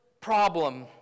problem